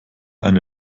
eine